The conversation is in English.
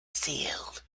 sealed